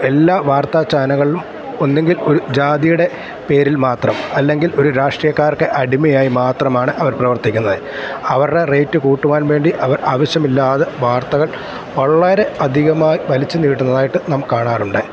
എല്ലാ വാർത്താ ചാനകളും ഒന്നുകിൽ ഒരു ജാതിയുടേ പേരിൽ മാത്രം അല്ലെങ്കിൽ ഒരു രാഷ്ട്രീയക്കാരുടെ അടിമയായി മാത്രമാണ് അവർ പ്രവർത്തിക്കുന്നത് അവരെ റേറ്റ് കൂട്ടുവാൻ വേണ്ടി അവർ ആവശ്യമില്ലാതെ വാർത്തക്കൾ വളരെ അധികമായി വലിച്ചു നീട്ടുന്നതായിട്ട് നാം കാണാറുണ്ട്